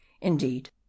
Indeed